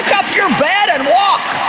up your bed and walk,